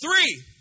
Three